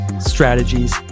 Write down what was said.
strategies